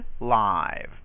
live